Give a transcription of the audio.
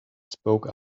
spoke